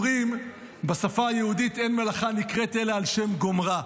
אומרים בשפה היהודית: אין מלאכה נקראת אלא על שם גומרה,